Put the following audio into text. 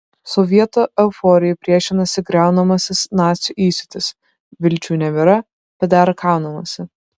sovietų euforijai priešinasi griaunamasis nacių įsiūtis vilčių nebėra bet dar kaunamasi